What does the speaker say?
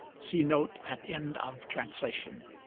see note at end of translation.